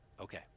Okay